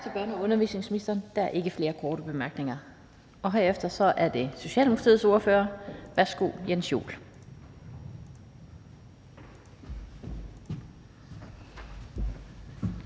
Tak til børne- og undervisningsministeren. Der er ikke flere korte bemærkninger. Herefter er det Socialdemokratiets ordfører. Værsgo til hr.